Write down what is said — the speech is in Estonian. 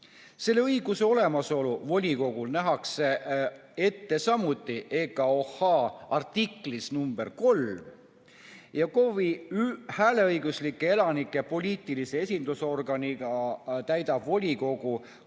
Selle õiguse olemasolu volikogul nähakse ette samuti EKOH artiklis nr 3 ja KOV-i hääleõiguslike elanike poliitilise esindusorganina täidab volikogu